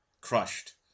Crushed